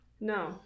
No